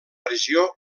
regió